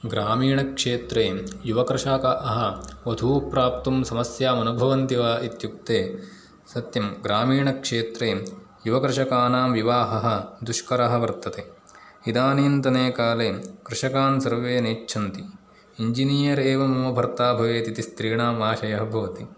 ग्रामीणक्षेत्रे युवकृषकाः वधूप्राप्तुं समस्याम् अनुभवन्ति वा इत्युक्ते सत्यं ग्रामीणक्षेत्रे युवकृषकाणां विवाहः दुष्करः वर्तते इदानींतनकाले कृषकान् सर्वे नेच्छन्ति इञ्जिनीयर् एव मम भर्ता भवेत् इति स्त्रीणाम् आशयः भवति